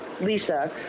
lisa